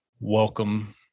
Welcome